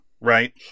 right